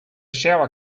shower